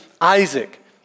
Isaac